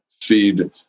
feed